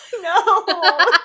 No